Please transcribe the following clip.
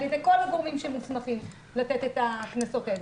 ידי כל הגורמים המוסמכים להטיל את הקנסות האלה.